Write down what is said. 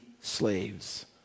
slaves